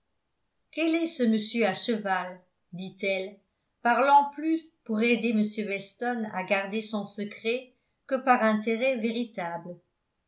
quel est ce monsieur à cheval dit-elle parlant plus pour aider m weston à garder son secret que par intérêt véritable